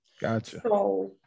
Gotcha